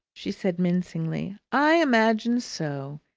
she said mincingly. i imagine so.